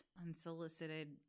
unsolicited